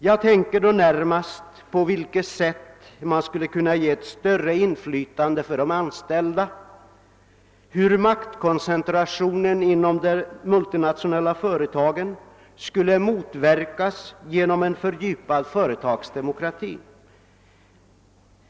Jag tänker då närmast på hur man skulle kunna ge de anställda större inflytande, hur maktkoncentrationen inom de multinationella företagen skulle kunna motverkas genom fördjupad företagsdemokrati.